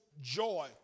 joy